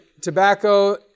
tobacco